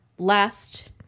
Last